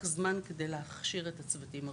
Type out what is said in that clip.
זמן כדי להכשיר את הצוותים הרפואיים.